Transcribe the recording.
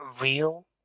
real